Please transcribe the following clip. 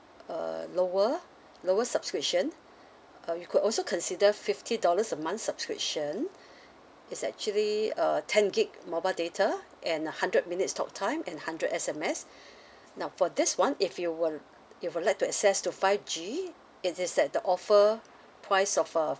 uh lower lower subscription uh you could also consider fifty dollars a month subscription it's actually uh ten gig mobile data and a hundred minutes talk time and hundred S_M_S now for this [one] if you were if would like to access to five G it is at the offer price of uh